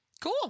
cool